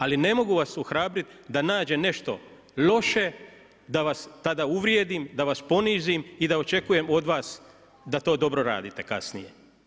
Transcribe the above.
Ali ne mogu vas ohrabri da nađem nešto loše, da vas tada uvrijedim, da vas ponizim i da očekujem od vas da to dobro razdrite kasnije.